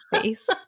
face